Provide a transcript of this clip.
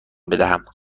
بدهم